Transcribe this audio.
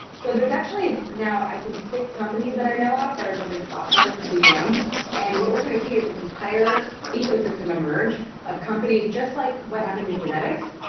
so there's actually now i think six companies that i know of that are building software for cgm and what we're going to see is this entire ecosystem emerge of companies just like what happened in genetics.